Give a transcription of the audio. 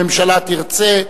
אם הממשלה תרצה,